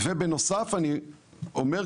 ובנוסף אני אומר,